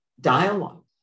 dialogue